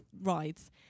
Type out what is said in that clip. rides